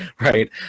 right